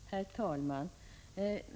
Herr talman!